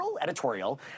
editorial